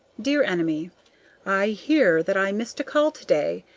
dear enemy i hear that i missed a call today,